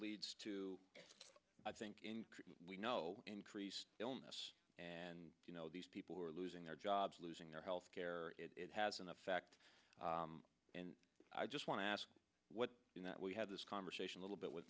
leads to i think increase we know increased illness and you know these people who are losing their jobs losing their health care it has an effect and i just want to ask what that we had this conversation little bit with